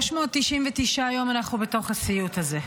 339 יום אנחנו בתוך הסיוט הזה.